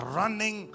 running